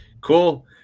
Cool